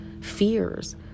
fears